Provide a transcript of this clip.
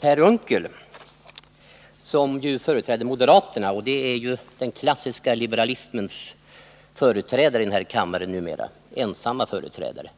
Per Unckel — som företräder moderaterna som numera är den klassiska liberalismens ensamma företrädare i kammaren;